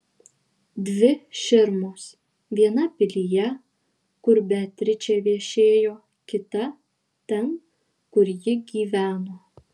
dvi širmos viena pilyje kur beatričė viešėjo kita ten kur ji gyveno